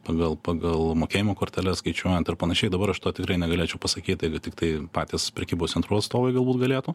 pagal pagal mokėjimų korteles skaičiuojant ir panašiai dabar aš to tikrai negalėčiau pasakyt tai tiktai patys prekybos centrų atstovai galbūt galėtų